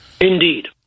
Indeed